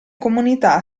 comunità